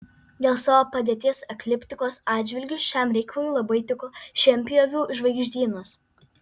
dėl savo padėties ekliptikos atžvilgiu šiam reikalui labai tiko šienpjovių žvaigždynas